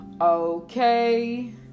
Okay